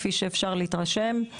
כפי שאפשר להתרשם,